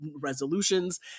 resolutions